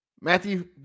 Matthew